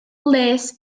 les